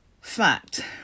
Fact